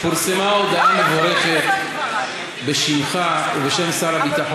בבקשה, חבר הכנסת יואב בן צור.